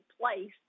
place